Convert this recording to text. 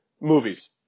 Movies